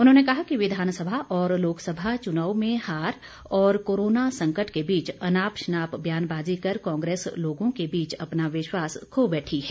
उन्होंने कहा कि विधानसभा और लोकसभा चुनाव में हार और कोरोना संकट के बीच अनाप शनाप व्यानबाजी कर कांग्रेस लोगों के बीच अपना विश्वास खो बैठी है